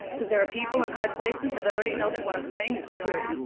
because there are people in high places that already know that what i'm saying is true.